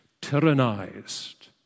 tyrannized